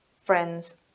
friends